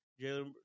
Jalen